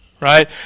right